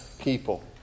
people